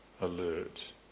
alert